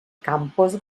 campos